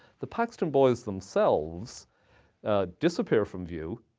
the paxton boys themselves disappear from view.